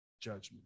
judgment